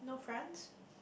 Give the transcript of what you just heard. France